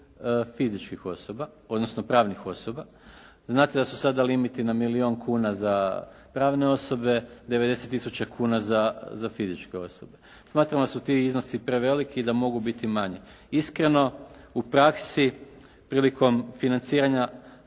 fizičkih osoba, odnosno pravnih osoba. Znate da su sada limiti na milijon kuna za pravne osobe, 90 tisuća kuna za fizičke osobe. Smatram da su ti iznosi preveliki i da mogu biti manji. Iskreno u praksi prilikom financiranja,